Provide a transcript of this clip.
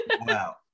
Wow